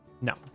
no